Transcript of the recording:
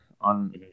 on